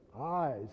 eyes